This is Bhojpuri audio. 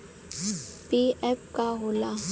पी.एफ का होला?